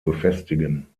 befestigen